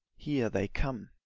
here they come.